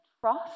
trust